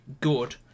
good